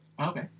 Okay